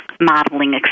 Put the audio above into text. modeling